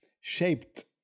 shaped